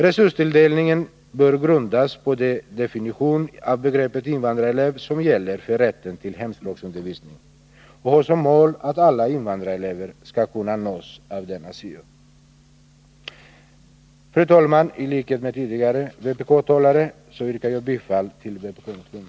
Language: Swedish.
Resurstilldelningen bör grundas på den definition av begreppet invandrarelev som gäller för rätten till hemspråksundervisning och ha som mål att alla invandrarelever skall kunna nås av denna syo. Fru talman! I likhet med tidigare vpk-talare yrkar jag bifall till vpk-motionerna.